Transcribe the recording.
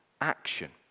action